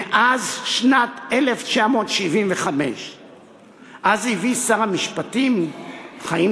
מאז שנת 1975. אז הביא שר המשפטים חיים